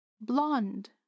blonde